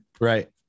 right